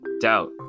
doubt